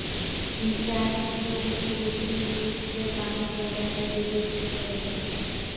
सिंचाई मिट्टी के कृत्रिम रूप से पानी देवय के विधि के कहल जा हई